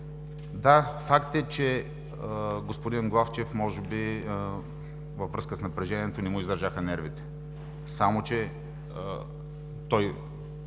Да, факт е, че господин Главчев може би, във връзка с напрежението, не му издържаха нервите. Само че той